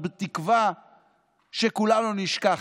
"הצלחה כבירה" הזאת בתקווה שכולנו נשכח.